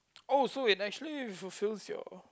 oh so it actually fulfils your